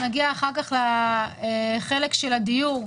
נגיע אחר כך לחלק של הדיור,